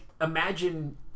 imagine